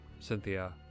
Cynthia